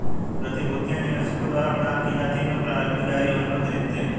प्रतिभूतियां निवेशकों द्वारा प्रदान की जाती हैं जो प्रारंभिक जारी होने पर खरीदते हैं